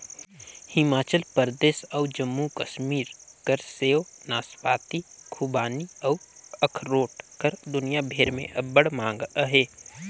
हिमाचल परदेस अउ जम्मू कस्मीर कर सेव, नासपाती, खूबानी अउ अखरोट कर दुनियां भेर में अब्बड़ मांग अहे